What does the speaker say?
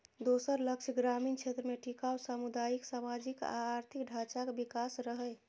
दोसर लक्ष्य ग्रामीण क्षेत्र मे टिकाउ सामुदायिक, सामाजिक आ आर्थिक ढांचाक विकास रहै